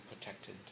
protected